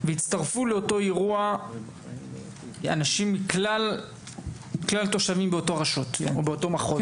ויצטרפו לאותו אירוע אנשים מכלל התושבים באותה רשות או באותו מחוז,